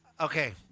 Okay